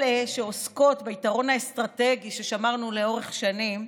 אלה שעוסקות ביתרון האסטרטגי ששמרנו לאורך שנים,